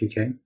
UK